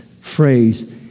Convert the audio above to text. phrase